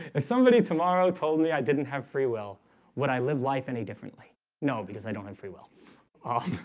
if somebody tomorrow told me i didn't have free will would i live life any differently no because i don't have free will oh